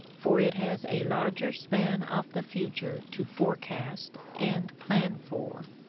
for it has a larger span of the future to forecast and plan for.